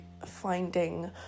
finding